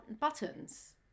buttons